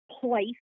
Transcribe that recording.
place